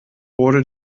wurde